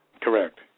Correct